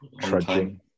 trudging